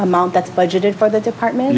amount that's budgeted for the department